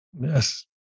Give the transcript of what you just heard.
Yes